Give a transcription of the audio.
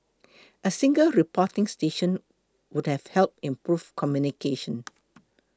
a single reporting station would have helped improve communication